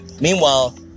meanwhile